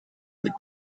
with